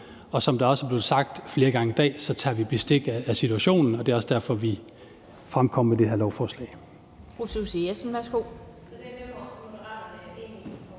Og som det også er blevet sagt flere gange i dag, tager vi bestik af situationen, og det er også derfor, at vi har fremsat det her lovforslag.